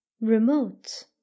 Remote